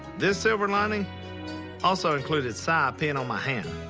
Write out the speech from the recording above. this silver lining also included si peeing on my hand.